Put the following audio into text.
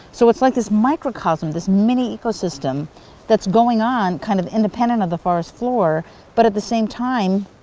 so it's like this microcosm, this mini-ecosystem that's going on kind of independent of the forest floor but, at the same time,